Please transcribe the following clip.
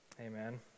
Amen